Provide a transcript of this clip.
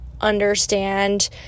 understand